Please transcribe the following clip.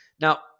Now